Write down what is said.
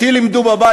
אותי לימדו בבית,